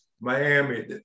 Miami